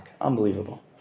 Unbelievable